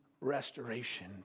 restoration